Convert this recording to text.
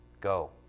Go